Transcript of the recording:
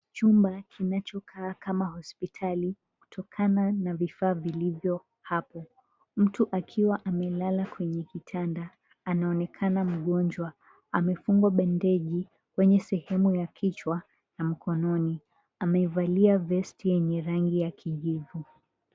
Chumba kinachokaa kama hospitali kutokana na vifaa vilivyo hapo, mtu akiwa amelala kwenye kitanda anaonekana mgonjwa amefungwa bandeji sehemu ya kichwa na mkononi amevalia vesti yenye rangi ya kijivu.